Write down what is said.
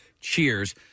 Cheers